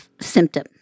symptom